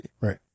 Right